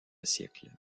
siècles